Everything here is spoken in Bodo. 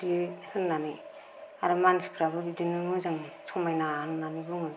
बिदि होन्नानै आरो मानसिफोराबो बिदिनो मोजां समायना होन्नानै बुङो